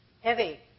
Heavy